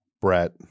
Brett